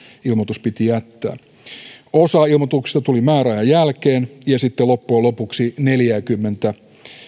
ilmoitus piti jättää osa ilmoituksista tuli määräajan jälkeen ja sitten loppujen lopuksi neljältäkymmeneltä